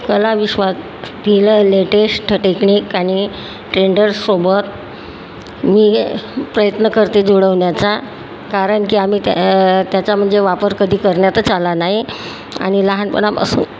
कलाविश्वातील latest technique आणि टेंडर्ससोबत मी प्रयत्न करते जुळवण्याचा कारण की आम्ही त्या त्याचा म्हणजे वापर कधी करण्यातच आला नाही आणि लहानपणापासून